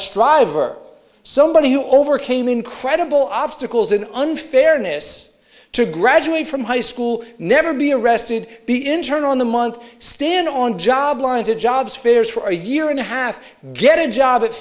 driver somebody who overcame incredible obstacles and unfairness to graduate from high school never be arrested be in turn on the month stand on job lines in jobs fears for a year and a half get a job at